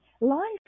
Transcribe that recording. Life